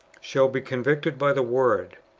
shall be convicted by the word,